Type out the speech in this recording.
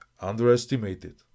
underestimated